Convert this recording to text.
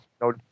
No